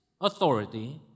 authority